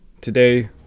Today